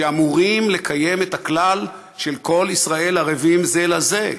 שאמורים לקיים את הכלל "כל ישראל ערבים זה לזה".